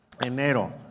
enero